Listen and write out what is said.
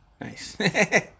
nice